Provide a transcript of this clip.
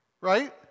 right